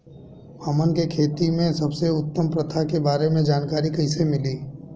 हमन के खेती में सबसे उत्तम प्रथा के बारे में जानकारी कैसे मिली?